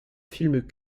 film